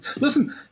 Listen